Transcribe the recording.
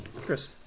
Chris